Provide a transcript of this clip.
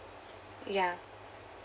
ya